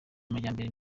amajyambere